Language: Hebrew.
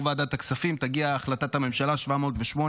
ועדת הכספים תגיע החלטת הממשלה 708,